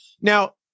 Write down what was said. Now